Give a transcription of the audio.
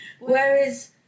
whereas